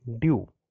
due